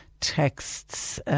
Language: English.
texts